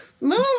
Move